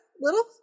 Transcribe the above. Little